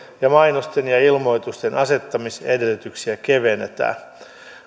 ja mainosten ja ilmoitusten asettamisedellytyksiä kevennetään